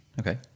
Okay